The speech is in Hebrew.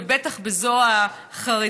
בטח בזו החרדית.